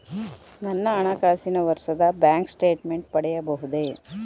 ನನ್ನ ಹಣಕಾಸಿನ ವರ್ಷದ ಬ್ಯಾಂಕ್ ಸ್ಟೇಟ್ಮೆಂಟ್ ಪಡೆಯಬಹುದೇ?